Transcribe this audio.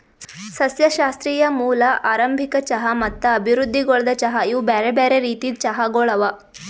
ಸಸ್ಯಶಾಸ್ತ್ರೀಯ ಮೂಲ, ಆರಂಭಿಕ ಚಹಾ ಮತ್ತ ಅಭಿವೃದ್ಧಿಗೊಳ್ದ ಚಹಾ ಇವು ಬ್ಯಾರೆ ಬ್ಯಾರೆ ರೀತಿದ್ ಚಹಾಗೊಳ್ ಅವಾ